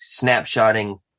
snapshotting